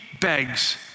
begs